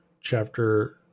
chapter